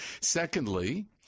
Secondly